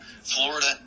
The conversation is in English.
Florida